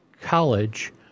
college